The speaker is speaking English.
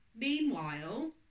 Meanwhile